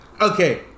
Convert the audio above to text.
Okay